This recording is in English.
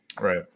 right